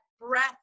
breath